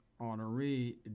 Honoree